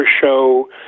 show